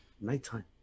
nighttime